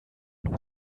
why